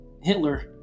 Hitler